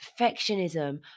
perfectionism